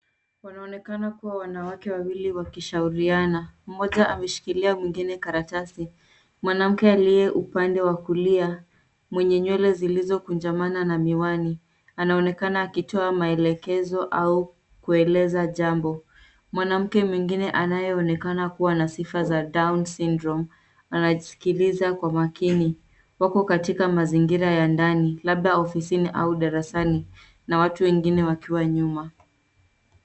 Wanaonekana kuwa wanawake wawili wakishauriana. Mmoja ameshikilia mwingine karatasi. Mwanamke aliye upande wa kulia mwenye nywele zilizo kunjamana na miwani, anaonekana akitoa maelekezo au kueleza jambo. Mwanamke mwengine anayeonekana kuwa na sifa za down syndrome anasikiliza kwa umakini. Wako katika mazingira ya ndani labda ofisini au darasani, na watu wengine wakiwa nyuma.